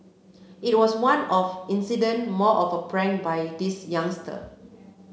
it was one off incident more of a prank by this youngster